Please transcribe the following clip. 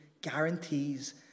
guarantees